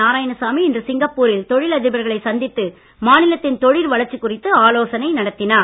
நாராயணசாமி இன்று சிங்கப்பூரில் தொழில் அதிபர்களை சந்தித்து மாநிலத்தின் தொழில் வளர்ச்சி குறித்து ஆலோசனை நடத்தினார்